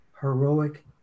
heroic